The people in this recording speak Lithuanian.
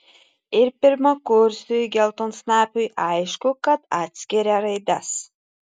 ir pirmakursiui geltonsnapiui aišku kad atskiria raides